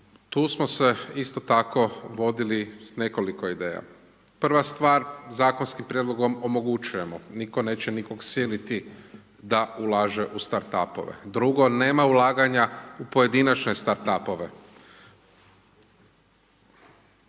tu smo se isto tako vodili s nekoliko ideja. Prva stvar zakonskim prijedlogom omogućujemo, nitko neće nikog siliti da ulaže u start up-ove. Drugo nema ulaganja u pojedinačne start up-ove.